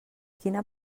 quina